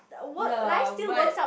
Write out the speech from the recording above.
ya but